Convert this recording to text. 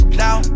now